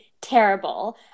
terrible